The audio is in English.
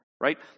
Right